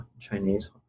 Chinese